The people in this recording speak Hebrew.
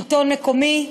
שלטון מקומי,